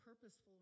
purposeful